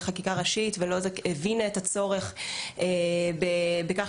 יש עיגונים להתקהלויות אסורות ולפיזור,